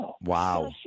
Wow